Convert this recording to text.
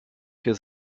his